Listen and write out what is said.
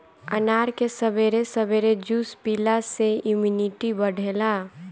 अनार के सबेरे सबेरे जूस पियला से इमुनिटी बढ़ेला